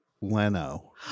Leno